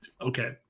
Okay